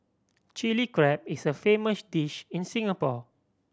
Chilli Crab is a famous dish in Singapore